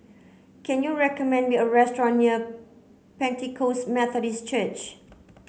can you recommend me a restaurant near Pentecost Methodist Church